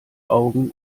augen